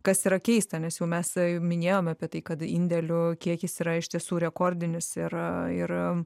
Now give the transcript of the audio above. kas yra keista nes jau mes minėjom apie tai kad indėlių kiekis yra iš tiesų rekordinis ir ir